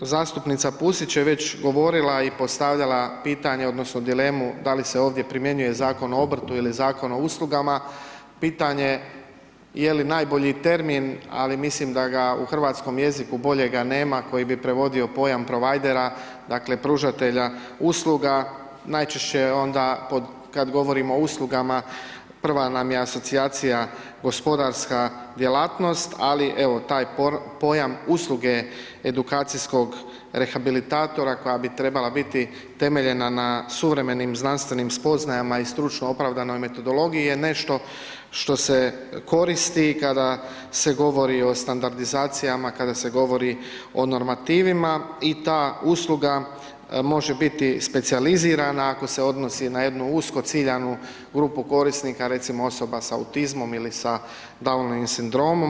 Zastupnica Pusić je već govorila i postavljala pitanje odnosno dilemu da li se ovdje primjenjuje Zakon o obrtu ili Zakon o uslugama, pitanje je li najbolji termin ali mislim da ga u hrvatskoj jeziku boljega nema koji bi prevodio pojam provajdera dakle, pružatelja usluga, najčešće onda pod, kad govorimo o uslugama prva nam je asocijacija gospodarska djelatnost, ali evo taj pojam usluge edukacijskog rehabilitatora koja bi trebala biti temeljena na suvremenim znanstvenim spoznajama i stručno opravdanoj metodologiji je nešto što se koristi kada se govori o standardizacijama, kada se govori o normativima i ta usluga može biti specijalizirana ako se odnosi na jednu usko ciljanu grupu korisnika recimo osoba sa autizmom ili sa Downovim sindromom.